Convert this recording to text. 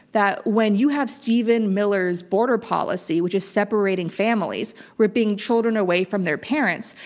that when you have stephen miller's border policy, which is separating families, ripping children away from their parents,